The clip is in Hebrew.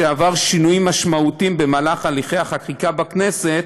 שעבר שינויים משמעותיים במהלך הליכי החקיקה בכנסת,